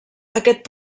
aquest